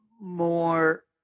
more